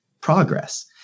progress